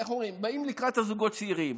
איך אומרים, באים לקראת הזוגות הצעירים.